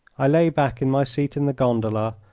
i lay back in my seat in the gondola,